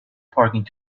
parking